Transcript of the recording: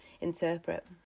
interpret